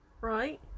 Right